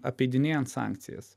apeidinėjant sankcijas